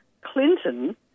Clinton